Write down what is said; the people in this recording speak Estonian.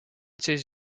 siis